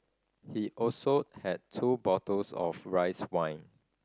he also had two bottles of rice wine